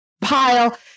pile